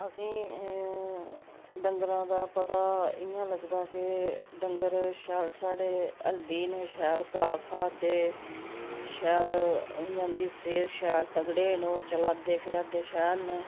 असेंगी डंगरा दा पता इ'यां लगदा कि डंगर शैल साढ़े होंदे न शैल घा खा दे शैल इ'यां उंदी सेह्त शैल तगड़े न ओह् चलै दे फिरा दे शैल न